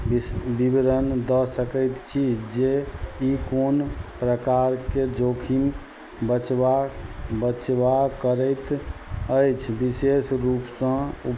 बिस विवरण दऽ सकैत छी जे ई कोन प्रकारके जोखिम बचबाक बचबाक करैत अछि विशेष रूपसँ